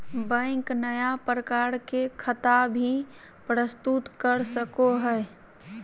bank नया प्रकार के खता भी प्रस्तुत कर सको हइ